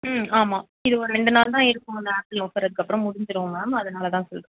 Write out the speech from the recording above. ம் ஆமாம் இது ஒரு ரெண்டு நாள்தான் இருக்கும் அந்த ஆப்பிள் ஆஃபர் அதுக்கப்புறம் முடிஞ்சிடும் மேம் அதனாலதான் சொல்கிறேன்